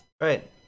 Right